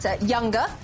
younger